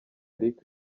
eric